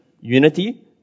unity